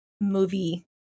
movie